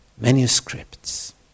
manuscripts